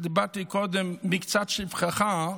דיברתי מקודם קצת בשבחך.